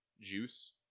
juice